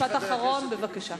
משפט אחרון, בבקשה.